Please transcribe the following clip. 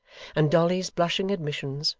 and dolly's blushing admissions,